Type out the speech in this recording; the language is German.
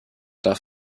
darf